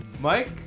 Mike